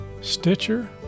Stitcher